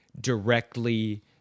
directly